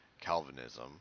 calvinism